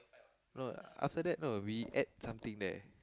no after that no we ate something there